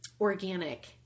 organic